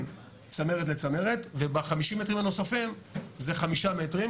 צמרת לצמרת וב-50 מטרים הנוספים זה 5 מטרים,